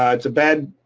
um it's a bad